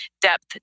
depth